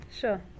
Sure